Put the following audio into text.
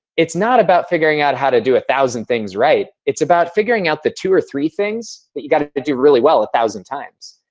it's not about figuring out how to do a thousand things right, it's about figuring out the two or three things that you got to do really well a thousand times.